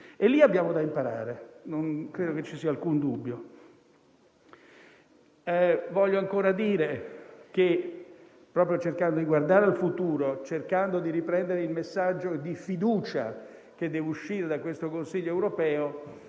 Lì abbiamo da imparare e credo non vi sia alcun dubbio. Voglio ancora dire che, proprio cercando di guardare al futuro e riprendendo il messaggio di fiducia che deve uscire da questo Consiglio europeo,